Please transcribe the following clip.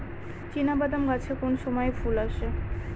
চিনাবাদাম গাছে কোন সময়ে ফুল আসে?